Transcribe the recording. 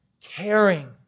caring